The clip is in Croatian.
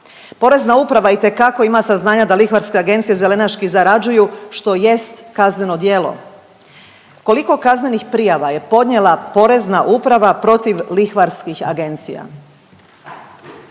Porezna uprava itekako ima znanja da lihvarska agencija zelenaški zarađuju što jest kazneno djelo. Koliko kaznenih prijava je podnijela Porezna uprava protiv lihvarskih agencija?